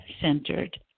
centered